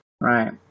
Right